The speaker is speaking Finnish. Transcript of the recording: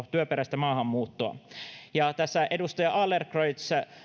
työperäistä maahanmuuttoa edustaja adlercreutz